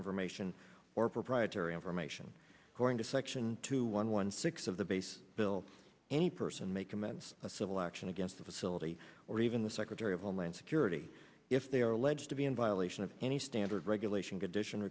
information or proprietary information going to section two one one six of the base bill any person may commence a civil action against the facility or even the secretary of homeland security if they are alleged to be in violation of any standard regulation condition